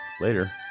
Later